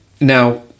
Now